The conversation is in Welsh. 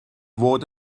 fod